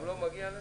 גם לא מגיע לזה?